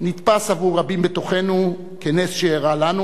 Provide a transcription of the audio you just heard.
נתפס עבור רבים בתוכנו כנס שאירע לנו